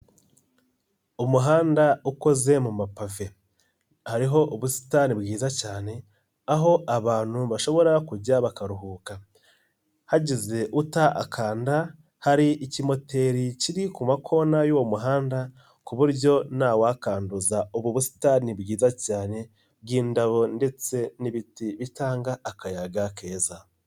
Umuhanda ukoze mu mapave hariho ubusitani bwiza cyane aho abantu bashobora kujya bakaruhuka, hagize uta akanda hari ikimoteri kiri ku ma corner y'uwo muhanda ku buryo ntawakanduza ubu busitani bwiza cyane bw'indabo ndetse'ti bitanga akayaga keza.